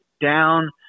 down